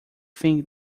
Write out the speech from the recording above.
think